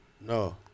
no